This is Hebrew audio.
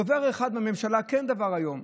דובר אחד בממשלה כן דיבר היום.